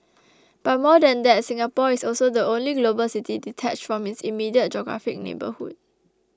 but more than that Singapore is also the only global city detached from its immediate geographic neighbourhood